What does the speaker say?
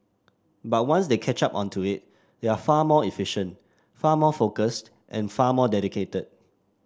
but once they catch up on to it they are far more efficient far more focused and far more dedicated